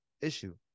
issue